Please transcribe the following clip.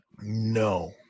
No